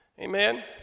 amen